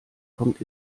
kommt